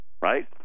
Right